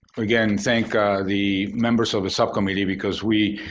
again, thank the members of the subcommittee because we,